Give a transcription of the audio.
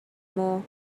maw